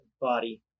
body